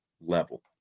level